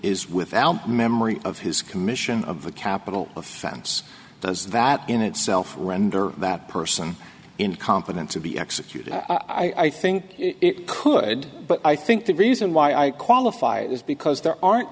is without memory of his commission of a capital offense does that in itself render that person incompetent to be executed i think it could but i think the reason why i qualify it is because there aren't